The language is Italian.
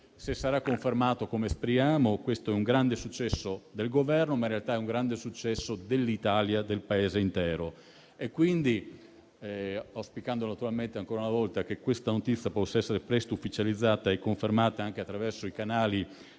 Se sarà confermato, come speriamo, questo è un grande successo del Governo, ma in realtà dell'Italia e del Paese intero. Auspicando ancora una volta che questa notizia possa essere presto ufficializzata e confermata anche attraverso i canali